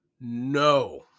no